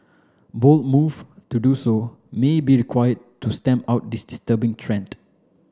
bold move to do so may be require to stamp out this disturbing trend